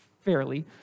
Fairly